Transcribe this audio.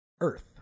Earth